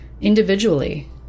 individually